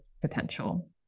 potential